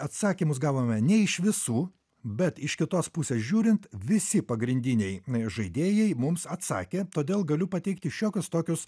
atsakymus gavome ne iš visų bet iš kitos pusės žiūrint visi pagrindiniai žaidėjai mums atsakė todėl galiu pateikti šiokius tokius